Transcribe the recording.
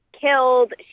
killed